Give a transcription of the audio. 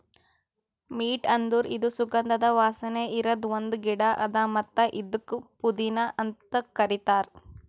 mint ಅಂದುರ್ ಇದು ಸುಗಂಧದ ವಾಸನೆ ಇರದ್ ಒಂದ್ ಗಿಡ ಅದಾ ಮತ್ತ ಇದುಕ್ ಪುದೀನಾ ಅಂತ್ ಕರಿತಾರ್